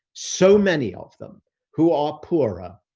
so many of them who are poorer,